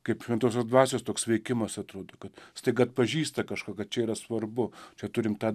kaip šventosios dvasios toks veikimas atrodo kad staiga atpažįsta kažkokią čia yra svarbu čia turime tą